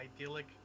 idyllic